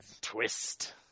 Twist